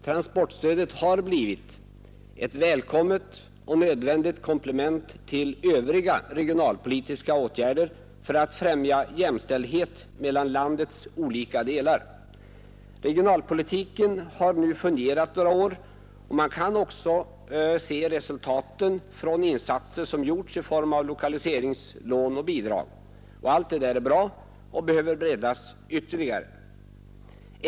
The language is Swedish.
Transportstödet har blivit ett välkommet och nödvändigt komplement till övriga regionalpolitiska åtgärder för att främja jämställdhet mellan landets olika delar. Regionalpolitiken har nu fungerat några år och man kan också se resultaten från insatser som gjorts i form av lokaliseringslån och bidrag. Allt detta är bra och behöver breddas ytterligare.